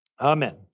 Amen